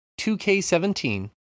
2K17